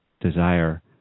desire